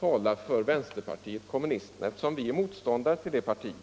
tala för vänsterpartiet kommunisterna, eftersom vi är motståndare till det partiet.